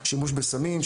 שימוש בסמים,